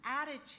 attitude